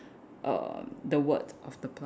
err the word of the plum